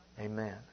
Amen